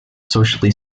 socially